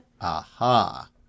Aha